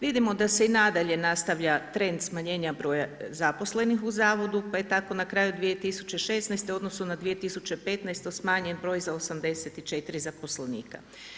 Vidimo da se i nadalje nastavlja trend smanjenja broja zaposlenih u zavodu, pa je tako na kraju 2016. u odnosu na 2015. smanjen broj za 84 zaposlenika.